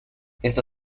esta